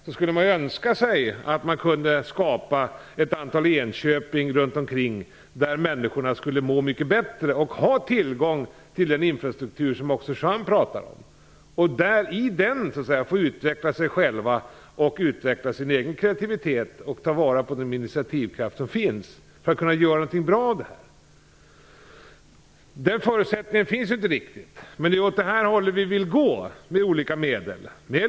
Man skulle önska sig att man kunde skapa ett antal Enköping runt omkring där människorna skulle må mycket bättre och ha tillgång till den infrastruktur som också Juan Fonseca talar om, få utveckla sig själva och sin egen kreativitet och ta vara på den initiativkraft som finns för att kunna göra någonting av bra av den. Den förutsättningen finns inte riktigt. Men det är åt det hållet vi vill gå med olika medel.